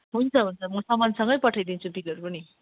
हुन्छ हुन्छ म सामानसँगै पठाइदिन्छु बिलहरू पनि